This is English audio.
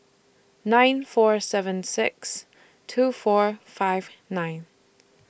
nine four seven six two four five nine